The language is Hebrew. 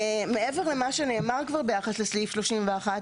מעבר למה שנאמר כבר ביחס לסעיף 31,